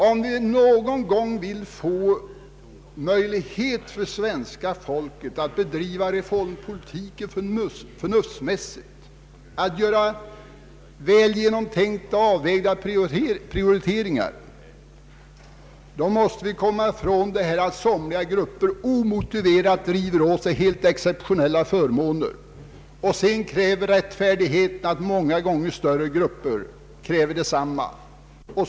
Om vi någon gång vill att det skall bli möjligt för svenska folket att bedriva reformpolitiken förnuftsmässigt, att göra väl genomtänkta och avvägda prioriteringar måste vi komma ifrån det förhållandet att somliga grupper omotiverat river åt sig helt exceptionella förmåner, varefter många gånger större grupper för rättfärdighetens skull måste få samma fördelar.